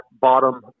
bottom